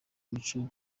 mico